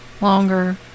longer